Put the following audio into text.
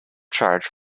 charge